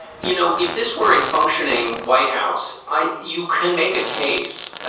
you know, if this were a functioning white house, i you can make a case.